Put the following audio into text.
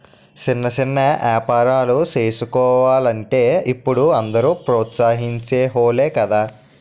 సిన్న సిన్న ఏపారాలు సేసుకోలంటే ఇప్పుడు అందరూ ప్రోత్సహించె వోలే గదా